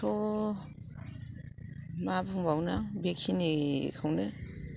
आं थ' मा बुंबावनो आं बे खिनि खौनो